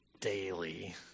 daily